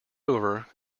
over